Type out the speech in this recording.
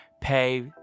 pay